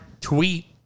tweet